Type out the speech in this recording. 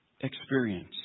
experience